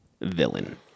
villain